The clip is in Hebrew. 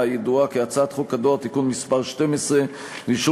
הידועה כהצעת חוק הדואר (תיקון מס' 12) (רישום